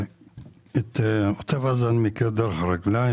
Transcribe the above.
את המצב הזה אני מכיר דרך הרגליים,